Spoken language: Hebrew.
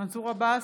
מנסור עבאס,